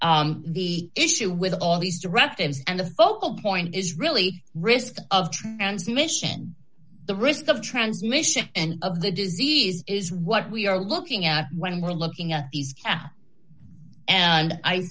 of the issue with all these directives and the focal point is really risk of transmission the risk of transmission and of the disease is what we are looking at when we're looking at these catch and i